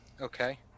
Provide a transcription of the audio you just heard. Okay